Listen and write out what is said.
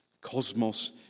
Cosmos